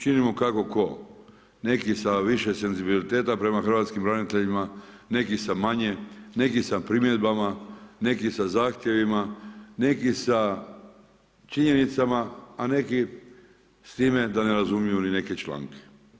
Činimo kako ko, neki sa više senzibiliteta prema hrvatskim braniteljima, neki sa manje, neki sa primjedbama, neki sa zahtjevima, neki sa činjenicama, a neki s time da ne razumiju ni neke članke.